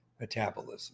metabolism